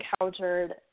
encountered